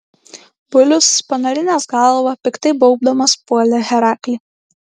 bulius panarinęs galvą piktai baubdamas puolė heraklį